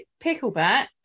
pickleback